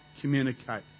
communicate